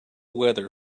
weather